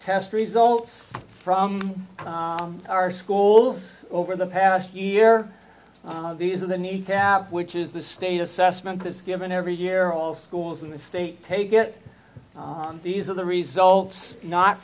test results from our schools over the past year these are the kneecap which is the state assessment that's given every year all schools in the state take it these are the results not